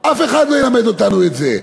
אף אחד לא ילמד אותנו את זה,